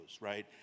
right